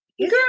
Girl